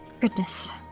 Goodness